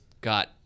got